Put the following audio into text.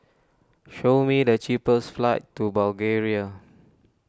show me the cheapest flights to Bulgaria